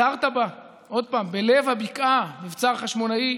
הסרטבה, עוד פעם, בלב הבקעה, מבצר חשמונאי,